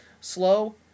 slow